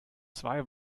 zwei